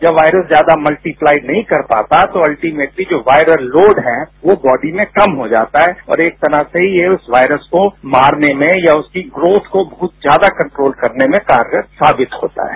जब वायरस ज्यादा मल्टीप्लाई नहीं कर पाता तो अल्टीमेटलीजो वायरल लोड है यो बॉडी में कम हो जाता है और एक तरह से ये उस वायरस को मारने मेंया उसकी ग्रोथ को बहत ज्यादा कंट्रोल करने में कारगर साबितहोता है